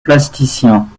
plasticiens